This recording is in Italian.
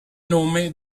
nome